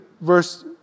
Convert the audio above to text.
verse